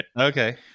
Okay